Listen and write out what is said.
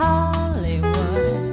Hollywood